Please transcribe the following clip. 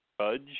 judge